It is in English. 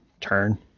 turn